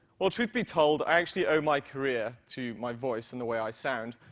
well truth be told, i actually owe my career to my voice and the way i sound.